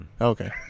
Okay